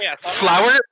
Flower